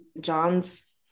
John's